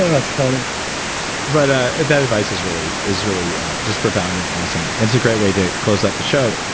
ah that's funny but ah that advice is really is really just profound and awesome. it's a great way to close up the show.